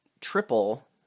triple